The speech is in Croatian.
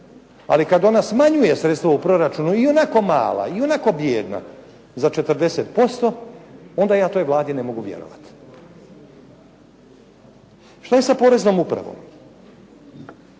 Ali kad ona smanjuje sredstva u proračunu ionako mala, ionako bijedna, za 40% onda ja toj Vladi ne mogu vjerovati. Što je sa Poreznom upravom?